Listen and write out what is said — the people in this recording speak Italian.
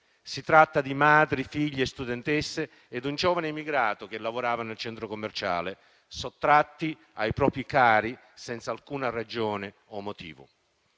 Si tratta di madri, figlie, studentesse ed un giovane immigrato che lavorava nel centro commerciale sottratti ai propri cari senza alcuna ragione o motivo.